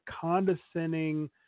condescending